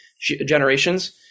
generations